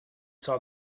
saw